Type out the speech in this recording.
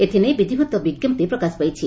ଏଥି ନେଇ ବିଧିବଦ୍ଧ ବିଙ୍କପ୍ତି ପ୍ରକାଶ ପାଇଛି